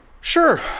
Sure